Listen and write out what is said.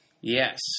Yes